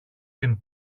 την